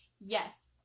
yes